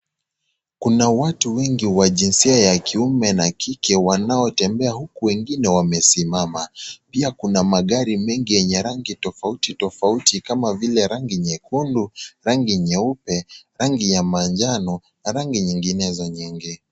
Kuna watu wengi wa jinsia ya kiume na kike wanaotembea huku wengine wamesimama. Pia kuna magari mengi yenye rangi tofauti tofauti kama vile, rangi nyekundu, rangi nyeupe, rangi ya manjano na rangi nyinginezo nyingi.